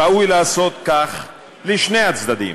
ראוי לעשות כך לשני הצדדים.